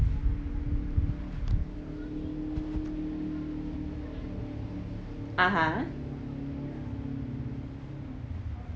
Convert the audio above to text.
uhhuh